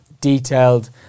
detailed